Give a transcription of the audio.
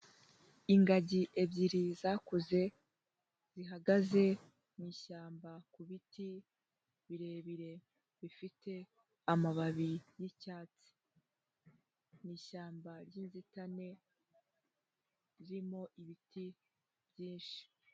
Ingagi ebyiri zakuze zihagaze mu ishyamba ku biti birebire bifite amababi y'icyatsi, mu ishyamba ry'inzitane ririmo ibiti byinshi.